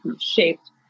shaped